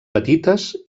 petites